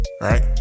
Right